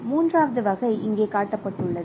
மூன்றாவது வகை இங்கே காட்டப்பட்டுள்ளது